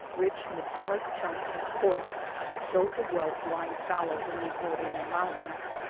rich, metallic chunks of quartz showed the wealth lying fallow in these morena mountains,